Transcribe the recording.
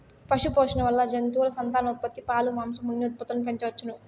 పశుపోషణ వల్ల జంతువుల సంతానోత్పత్తి, పాలు, మాంసం, ఉన్ని ఉత్పత్తులను పెంచవచ్చును